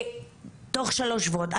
שתוך שלושה שבועות.